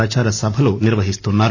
ప్రచార సభలు నిర్వహిస్తున్నారు